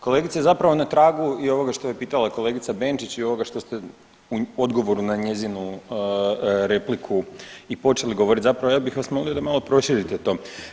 Kolegice, zapravo na tragu i ovoga što je pitala kolegica Benčić i ovoga što ste u odgovoru na njezinu repliku i počeli govoriti zapravo, ja bih vas molio da malo proširite to.